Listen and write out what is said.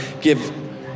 give